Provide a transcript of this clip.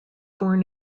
born